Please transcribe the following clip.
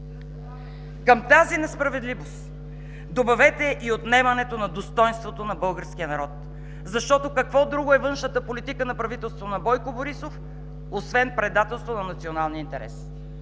Към тази несправедливост добавете и отнемането на достойнството на българския народ, защото какво друго е външната политика на правителството на Бойко Борисов освен предателство на националния интерес